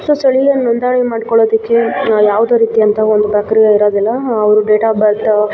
so ಸ್ಥಳೀಯ ನೊಂದಣಿ ಮಾಡಿಕೊಳ್ಳೊದಕ್ಕೆ ಯಾವುದೋ ರೀತಿ ಅಂಥ ಒಂದು ಪ್ರಕ್ರಿಯೆ ಇರೋದಿಲ್ಲ ಹಾಂ ಅವರು ಡೇಟ್ ಆಪ್ ಬರ್ತ್